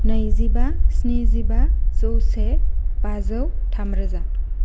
नैजिबा स्निजिबा जौसे बाजौ थामरोजा